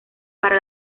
para